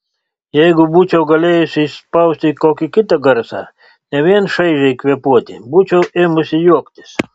jeigu būčiau galėjusi išspausti kokį kitą garsą ne vien šaižiai kvėpuoti būčiau ėmusi juoktis